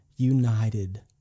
United